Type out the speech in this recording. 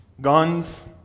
guns